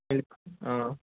ఏమి